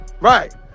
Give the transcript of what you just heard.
Right